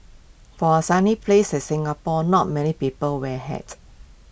for A sunny place Singapore not many people wear A hat